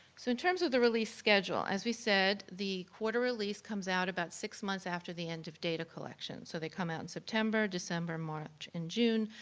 so in terms of the release schedule. as we said, the quarter release comes out about six months after the end of data collection, so they come out in september, december, march, and june.